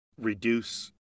reduce